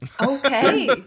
Okay